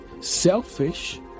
selfish